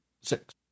Six